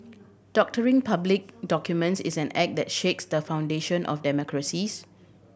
doctoring public documents is an act that shakes the foundation of democracies